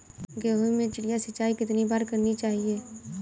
गेहूँ में चिड़िया सिंचाई कितनी बार करनी चाहिए?